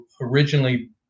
originally